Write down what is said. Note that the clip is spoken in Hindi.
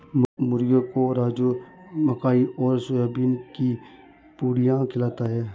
मुर्गियों को राजू मकई और सोयाबीन की पुड़िया खिलाता है